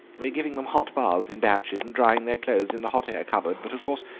we're giving them hot baths in batches and drying their clothes in the hot-air cupboard, but, of course,